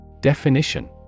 Definition